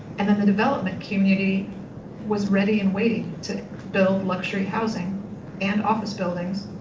and then the development community was ready and waiting to build luxury housing and office buildings.